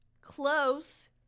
Close